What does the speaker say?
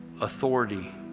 authority